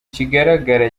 kigaragara